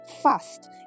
fast